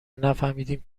نفهمدیم